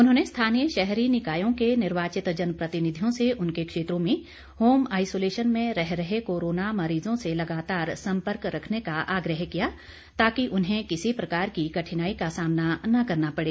उन्होंने स्थानीय शहरी निकायों के निर्वाचित जन प्रतिनिधियों से उनके क्षेत्रों में होम आईसोलेशन में रह रहे कोरोना मरीजों से लगातार संपर्क रखने का आग्रह किया ताकि उन्हें किसी प्रकार की कठिनाई का सामना न करना पड़े